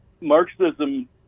Marxism